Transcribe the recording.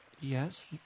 Yes